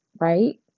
right